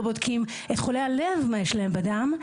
לא בודקים את חולי הלב מה יש להם בדם,